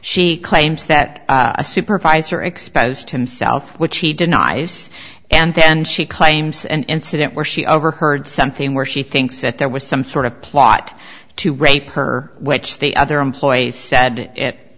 she claims that a supervisor exposed himself which he denies and then she claims and incident where she overheard something where she thinks that there was some sort of plot to rape her which the other employees said it